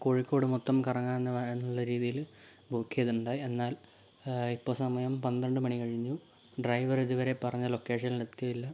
കോഴിക്കോട് മൊത്തം കറങ്ങാൻ എന്നുപറഞ്ഞിട്ടുള്ള രീതിയിൽ ബുക്ക് ചെയ്തിട്ടുണ്ടായി എന്നാൽ ഇപ്പോൾ സമയം പന്ത്രണ്ട് മണി കഴിഞ്ഞു ഡ്രൈവർ ഇതുവരെ പറഞ്ഞ ലൊക്കേഷനിൽ എത്തിയില്ല